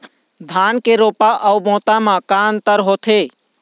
धन के रोपा अऊ बोता म का अंतर होथे?